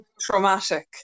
traumatic